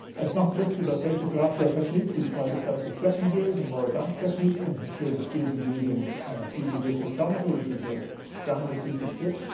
it's not just about basic glassware technique we tried this out with second years and more advanced techniques and here's a student using uv vis spectrometer, which is a standard piece of kit.